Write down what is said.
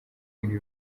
muri